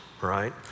right